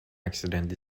accident